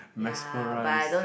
mesmerised